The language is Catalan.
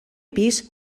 pis